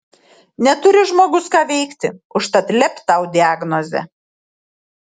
neturi žmogus ką veikti užtat lept tau diagnozę